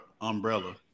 umbrella